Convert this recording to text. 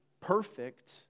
perfect